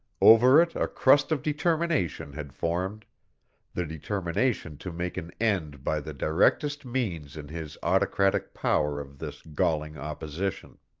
over it a crust of determination had formed the determination to make an end by the directest means in his autocratic power of this galling opposition.